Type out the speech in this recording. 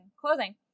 clothing